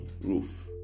roof